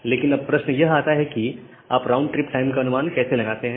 लेकिन अब प्रश्न यह आता है कि आप राउंड ट्रिप टाइम का अनुमान कैसे लगाते हैं